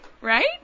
Right